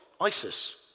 ISIS